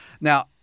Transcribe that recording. now